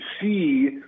see –